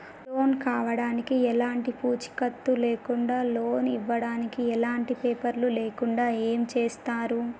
Loan కావడానికి ఎలాంటి పూచీకత్తు లేకుండా లోన్ ఇవ్వడానికి ఎలాంటి పేపర్లు లేకుండా ఏం చేస్తారు?